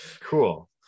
Cool